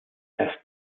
erst